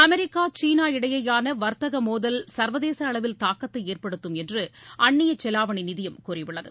America China இடையேயான வர்த்தக முதல் சர்வதேச அளவில் தாக்கத்தை ஏற்படுத்தும் என்று அந்நிய செலாவணி நிதியம் கூறியுள்ளது